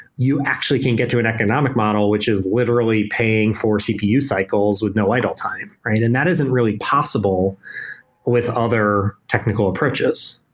you actually can get to an economic model, which is literally paying for cpu cycles with no idle time, and that isn't really possible with other technical approaches.